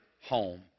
home